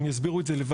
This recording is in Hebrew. הם יסבירו את זה לבד,